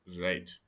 Right